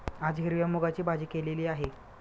आज हिरव्या मूगाची भाजी केलेली आहे